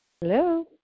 Hello